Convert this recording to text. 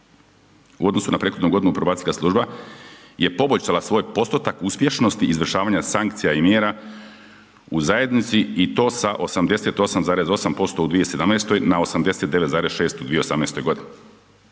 U odnosu na prethodnu godinu, probacijska služba je poboljšala svoj postotak uspješnosti izvršavanja sankcija i mjera u zajednici i to sa 88,8% u 2017. na 89,6% u 2018. godini.